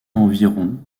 environ